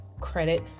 credit